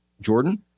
Jordan